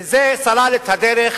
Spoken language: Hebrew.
וזה סלל את הדרך